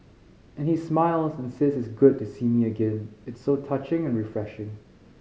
and he smiles and says it's good to see me again it's so touching and refreshing